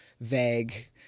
vague